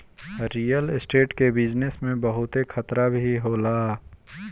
real estate कअ business में बहुते खतरा भी होला